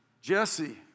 Jesse